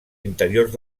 interiors